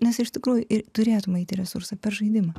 nes iš tikrųjų ir turėtum eiti į resursai per žaidimą